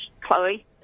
Chloe